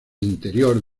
interior